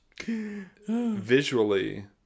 Visually